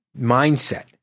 mindset